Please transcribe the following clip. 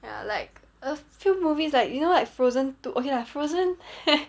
ya like a few movies like you know like frozen two okay lah frozen